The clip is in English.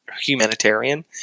humanitarian